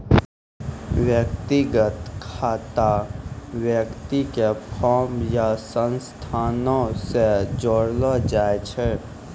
व्यक्तिगत खाता व्यक्ति के फर्म या संस्थानो से जोड़लो जाय छै